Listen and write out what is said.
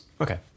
Okay